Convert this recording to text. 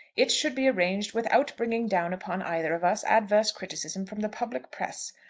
it should be arranged without bringing down upon either of us adverse criticism from the public press.